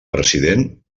president